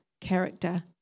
character